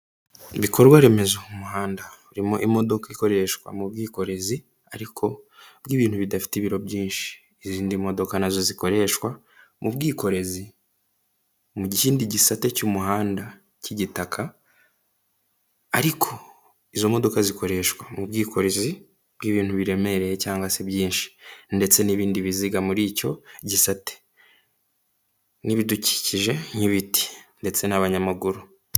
Ibikorwa remezo mu muhanda urimo imodoka ikoreshwa mu bwikorezi, ariko bw'ibintu bidafite ibiro byinshi. Izindi modoka nazo zikoreshwa mu bwikorezi, mu kindi gisate cy'umuhanda cy'igitaka ariko, izo modoka zikoreshwa mu bwikorezi bw'ibintu biremereye cyangwa se byinshi. Ndetse n'ibindi biziga muri icyo gisate. N'ibidukikije nk'ibiti, ndetse n'abanyamaguru.